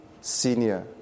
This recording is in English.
senior